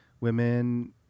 women